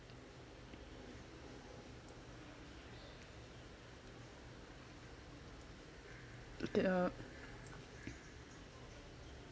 to take uh